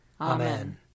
Amen